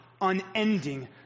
unending